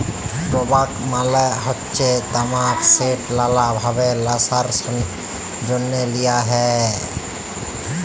টবাক মালে হচ্যে তামাক যেট লালা ভাবে ল্যাশার জ্যনহে লিয়া হ্যয়